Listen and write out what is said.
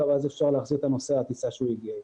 ואז אפשר להחזיר את הנוסע עם הטיסה שהוא הגיע איתה.